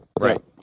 Right